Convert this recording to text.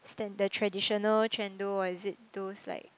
stand the traditional Chendol or is it those like